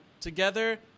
together